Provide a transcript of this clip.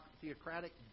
theocratic